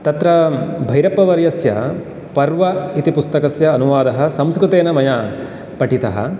तत्र भैरप्पवर्यस्य पर्व इति पुस्तकस्य अनुवादः संस्कृतेन मया पठितः